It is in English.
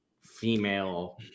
female